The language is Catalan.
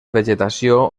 vegetació